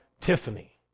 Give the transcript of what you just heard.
Tiffany